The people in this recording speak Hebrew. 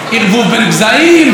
ערבוב בין גזעים,